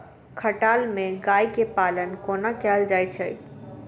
खटाल मे गाय केँ पालन कोना कैल जाय छै?